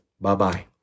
Bye-bye